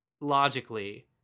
logically